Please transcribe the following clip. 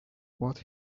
what